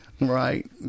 Right